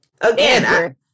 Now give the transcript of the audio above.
Again